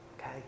Okay